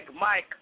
Mike